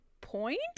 point